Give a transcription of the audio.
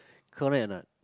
correct or not